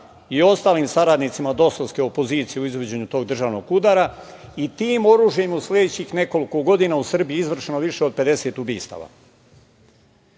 i ostalim saradnicima dosovske opozicije u izvođenju tog državnog udara i tim oružjem u sledećih nekoliko godina u Srbiji izvršeno više od 50